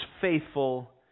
faithful